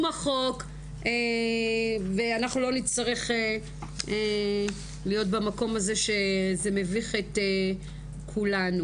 החוק ולא נצטרך להיות במקום שזה מביך את כולנו.